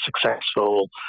successful